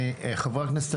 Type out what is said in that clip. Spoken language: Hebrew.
חבריי הכנסת,